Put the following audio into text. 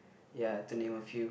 ya to name a few